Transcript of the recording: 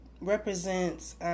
represents